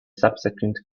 subsequent